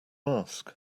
ask